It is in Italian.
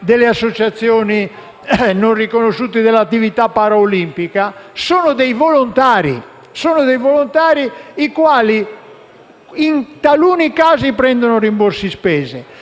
delle associazioni non riconosciute dell'attività paralimpica sono volontari che, solo in taluni casi, prendono rimborsi spese.